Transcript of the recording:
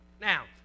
Now